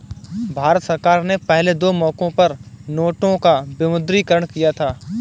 भारत सरकार ने पहले दो मौकों पर नोटों का विमुद्रीकरण किया था